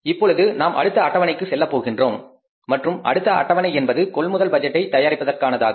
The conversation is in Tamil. இப்பொழுது நாம் அடுத்த அட்டவணைக்கு செல்லப் போகின்றோம் மற்றும் அடுத்த அட்டவணை என்பது கொள்முதல் பட்ஜெட்டை தயாரிப்பதற்கானதாகும்